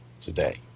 today